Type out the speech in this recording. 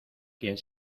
quién